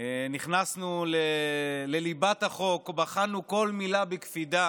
נכנסנו לליבת החוק, בחנו כל מילה בקפידה